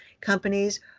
companies